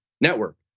Network